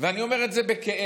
ואני אומר את זה בכאב,